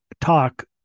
talk